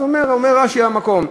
אומר רש"י: המקום,